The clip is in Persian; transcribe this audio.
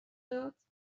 داد